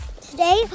Today